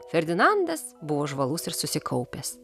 ferdinandas buvo žvalus ir susikaupęs